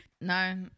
No